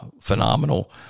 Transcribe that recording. Phenomenal